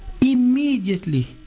immediately